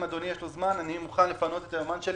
אם לאדוני יש זמן אני מוכן לפנות את היומן שלי